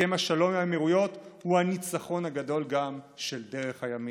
הסכם השלום עם האמירויות הוא הניצחון הגדול גם של דרך הימין,